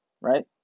Right